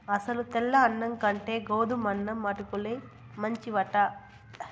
అసలు తెల్ల అన్నం కంటే గోధుమన్నం అటుకుల్లే మంచివట